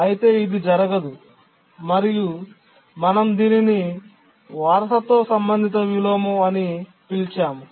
అయితే ఇది జరగదు మరియు మనం దీనిని వారసత్వ సంబంధిత విలోమం అని పిలిచాము